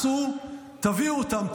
צאו, תביאו אותם.